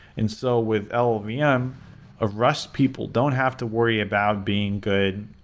and so with ah llvm, yeah um ah rust people don't have to worry about being good,